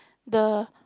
the